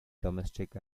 domestic